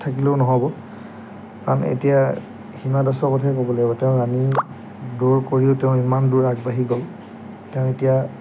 থাকিলেও নহ'ব কাৰণ এতিয়া হিমা দাসৰ কথাই ক'ব লাগিব তেওঁ ৰানিং দৌৰ কৰিও তেওঁ ইমান দূৰ আগবাঢ়ি গ'ল তেওঁ এতিয়া